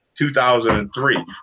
2003